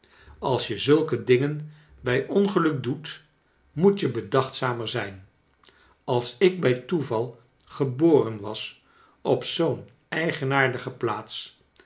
als je zulke dingen bij ongeluk doet moet je bedachtzamer zijn als ik bij toeval geboren was op zoo'n eigenaardige plaats